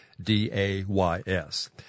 DAYS